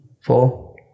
four